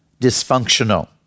dysfunctional